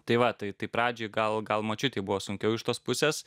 tai va tai tai pradžiai gal gal močiutei buvo sunkiau iš tos pusės